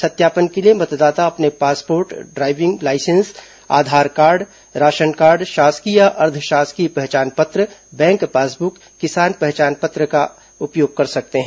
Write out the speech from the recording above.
सत्यापन के लिए मतदाता अपने passport driving licence Aadhaar card ration card शासकीय या अर्द्व शासकीय पहचान पत्र बैंक पासबुक किसान पहचान पत्र आदि का उपयोग कर सकते हैं